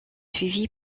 suivi